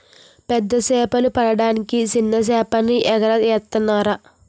పెద్ద సేపలు పడ్డానికి సిన్న సేపల్ని ఎరగా ఏత్తనాన్రా